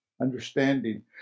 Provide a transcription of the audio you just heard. understanding